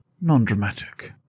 non-dramatic